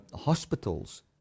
hospitals